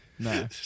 No